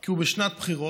כי הוא בשנת בחירות,